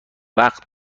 وقت